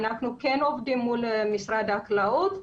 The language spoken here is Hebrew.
עובדים מול משרד החקלאות.